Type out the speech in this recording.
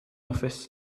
office